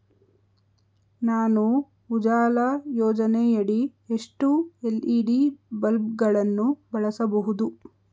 ನಾನು ಉಜಾಲ ಯೋಜನೆಯಡಿ ಎಷ್ಟು ಎಲ್.ಇ.ಡಿ ಬಲ್ಬ್ ಗಳನ್ನು ಬಳಸಬಹುದು?